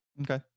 okay